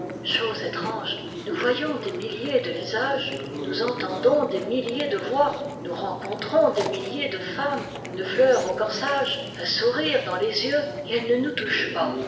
chose étrange nous voyons des milliers de visages nous entendons des milliers de voix nous rencontrons des milliers de femmes une fleur au corsage un sourire dans les yeux et elles ne nous touchent pas